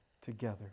together